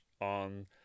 on